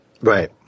Right